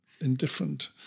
indifferent